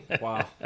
Wow